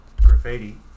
graffiti